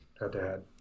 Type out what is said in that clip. head-to-head